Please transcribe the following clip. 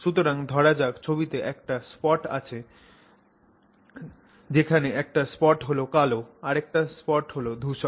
সুতরাং ধরা যাক ছবি তে একটা স্পট আছে যেখানে একটা স্পট হল কালো আরেকটা স্পট হল ধুসর